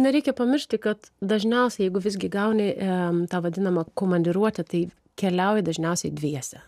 nereikia pamiršti kad dažniausiai jeigu visgi gauni tą vadinamą komandiruotę tai keliauji dažniausiai dviese